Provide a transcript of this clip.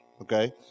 Okay